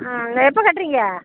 ஆ எப்போ கட்டுறீங்க